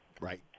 Right